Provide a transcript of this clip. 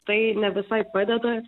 tai ne visai padeda